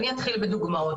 ואני אתחיל בדוגמאות,